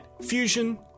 Fusion